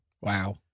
Wow